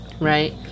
Right